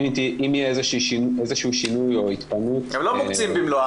אם יהיה איזה שהוא שינוי או התפנות --- הם לא מוקצים במלואם,